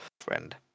Friend